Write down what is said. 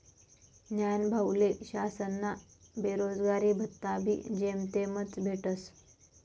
न्हानभाऊले शासनना बेरोजगारी भत्ताबी जेमतेमच भेटस